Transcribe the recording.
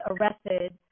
arrested